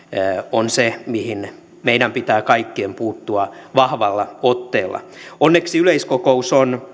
on se mihin meidän pitää kaikkien puuttua vahvalla otteella onneksi yleiskokous on